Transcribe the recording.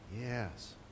Yes